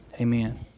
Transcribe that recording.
Amen